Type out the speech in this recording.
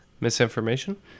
Misinformation